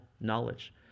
knowledge